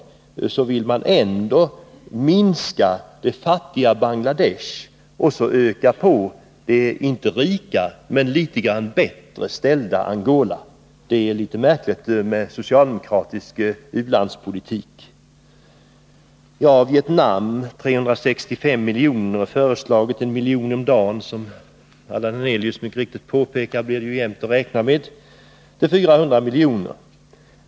Ändå vill man minska anslaget för det fattiga Bangladesh och öka på för det inte rika men litet grand bättre ställda Angola. Det är litet märkligt med socialdemokratisk u-landspolitik. När det gäller Vietnam föreslås 365 milj.kr., dvs. 1 milj.kr. om dagen, som Allan Hernelius mycket riktigt påpekade. Där föreslår socialdemokraterna en höjning till 400 milj.kr.